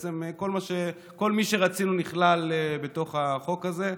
ובעצם כל מי שרצינו נכלל בתוך החוק הזה.